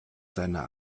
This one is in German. seine